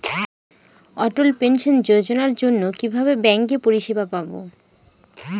অটল pension যোজনার জন্য কিভাবে ব্যাঙ্কে পরিষেবা পাবো?